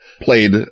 played